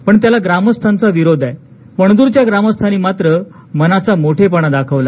पण त्याला ग्रामस्थांच्या विरोध होत आहे पणद्रच्या ग्रामस्थांनी मात्र मनाचा मोठेपणा दाखवला